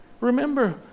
Remember